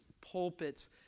pulpits